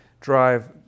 drive